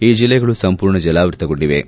ಈ ಜಲ್ಲೆಗಳು ಸಂಪೂರ್ಣ ಜಲಾವೃತಗೊಂಡಿವೆ